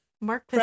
Mark